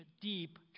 deep